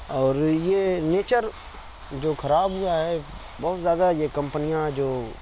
اور یہ نیچر جو خراب ہوا ہے بہت زیادہ یہ کمپنیاں جو